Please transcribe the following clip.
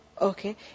Okay